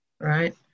right